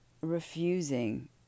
refusing –